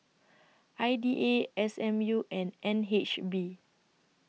I D A S M U and N H B